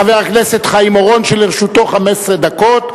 חבר הכנסת חיים אורון, שלרשותו 15 דקות.